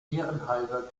ehrenhalber